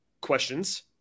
questions